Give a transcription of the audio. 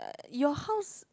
your house